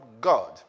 God